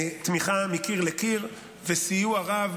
תמיכה מקיר לקיר וסיוע רב.